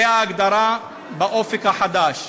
זו ההגדרה ב"אופק חדש".